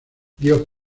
dio